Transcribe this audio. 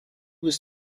was